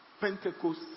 Pentecost